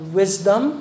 wisdom